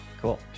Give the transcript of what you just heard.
cool